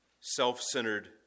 self-centered